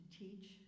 teach